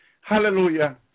Hallelujah